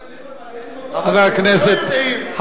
ליברמן, לאיזה מקום הוא שייך?